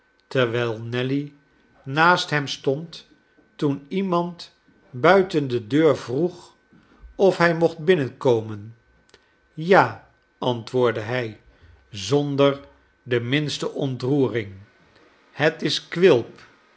terwijl nelly naast hem stond toen iemand buiten de deur vroeg of hij mocht binnenkomen ja antwoordde hij zonder de minste ontroering het is quilp